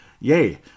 yay